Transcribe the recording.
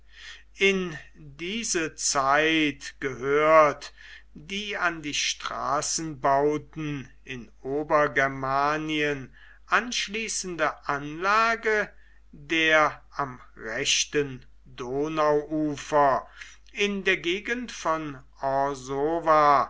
in diese zeit gehört die an die straßenbauten in obergermanien anschließende anlage der am rechten donauufer in der gegend von